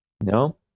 No